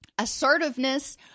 Assertiveness